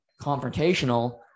confrontational